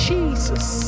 Jesus